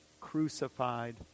crucified